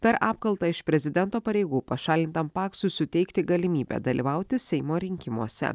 per apkaltą iš prezidento pareigų pašalintam paksui suteikti galimybę dalyvauti seimo rinkimuose